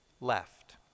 left